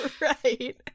right